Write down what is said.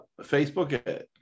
Facebook